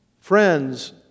Friends